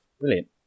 Brilliant